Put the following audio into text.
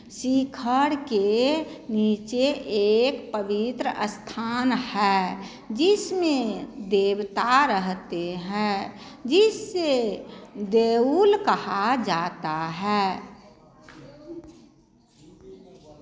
शिखर के नीचे एक पवित्र स्थान है जिसमें देवता रहते हैं जिससे देवल कहा जाता है